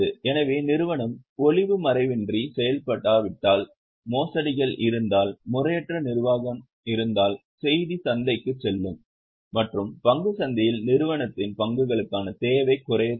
எனவே நிறுவனம் ஒளிவுமறைவின்றி செயல்படாவிட்டால் மோசடிகள் இருந்தால் முறையற்ற நிர்வாகம் இருந்தால் செய்தி சந்தைக்குச் செல்லும் மற்றும் பங்குச் சந்தையில் நிறுவனத்தின் பங்குகளுக்கான தேவை குறையக்கூடும்